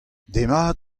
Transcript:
demat